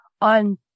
on